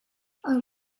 our